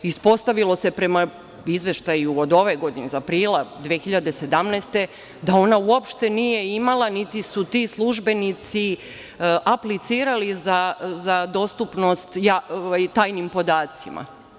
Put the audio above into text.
Ispostavilo se prema izveštaju od ove godine, iz aprila 2017, da ona uopšte nije imala niti su ti službenici aplicirali za dostupnost tajnim podacima.